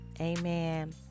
Amen